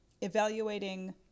evaluating